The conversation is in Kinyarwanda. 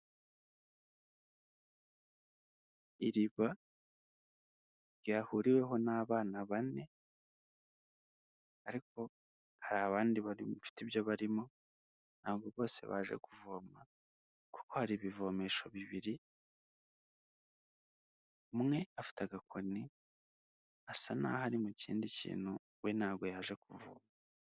Iriba ryahuriweho n'abana bane ariko hari abandi bafite ibyo barimo, ntabwo bose baje kuvoma kuko hari ibivomesho bibiri. Umwe afite agakoni asa nk'aho ari mu kindi kintu we ntabwo yaje kuvoma.